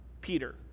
Peter